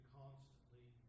constantly